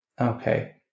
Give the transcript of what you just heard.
Okay